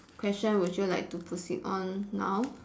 question would you like to proceed on now